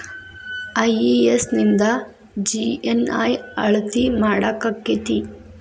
IES ನಿಂದ GNI ಅಳತಿ ಮಾಡಾಕಕ್ಕೆತಿ?